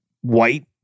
white